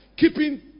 Keeping